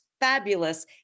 fabulous